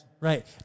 right